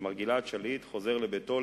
שמר גלעד שליט חוזר לביתו,